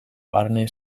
barne